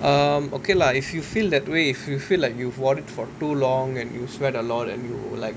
um okay lah if you feel that way if you feel like you've worn it for too long and you sweat a lot and you like